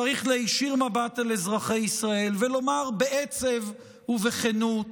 צריך להישיר מבט אל אזרחי ישראל ולומר בעצב ובכנות: